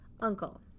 Uncle